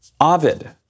Ovid